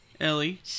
Ellie